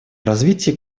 развитии